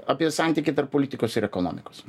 apie santykį tarp politikos ir ekonomikos